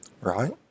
Right